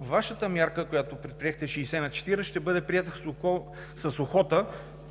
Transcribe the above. бирника! Мярката, която предприехте – 60/40, ще бъде приета с охота